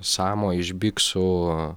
samo iš biksų